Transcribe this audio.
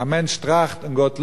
"א מענטש טראכט און גוט לאכט".